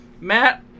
Matt